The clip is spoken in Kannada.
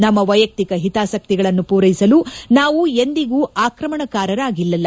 ನಮ್ನ ವೈಯಕ್ತಿಕ ಹಿತಾಸಕ್ತಿಗಳನ್ನು ಪೂರೈಸಲು ನಾವು ಎಂದಿಗೂ ಆಕ್ರಮಣಕಾರರಾಗಲಿಲ್ಲ